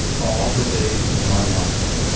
all the days of my life.